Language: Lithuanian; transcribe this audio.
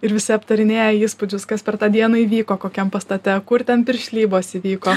ir visi aptarinėja įspūdžius kas per tą dieną įvyko kokiam pastate kur ten piršlybos įvyko